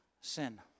sin